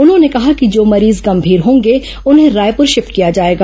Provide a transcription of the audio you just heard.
उन्होंने कहा कि जो मरीज गंभीर होंगे उन्हें रायपुर शिफ्ट किया जाएगा